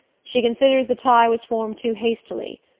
she considers the tie was formed too hastily.